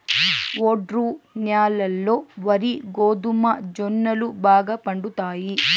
ఒండ్రు న్యాలల్లో వరి, గోధుమ, జొన్నలు బాగా పండుతాయి